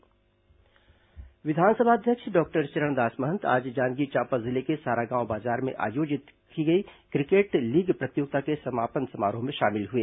विधानसभा अध्यक्ष जांजगीर विधानसभा अध्यक्ष डॉक्टर चरणदास महंत आज जांजगीर चांपा जिले के सारागांव बाजार में आयोजित की गई क्रिकेट लीग प्रतियोगिता के समापन समारोह में शामिल हुए